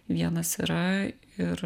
vienas yra ir